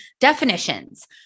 definitions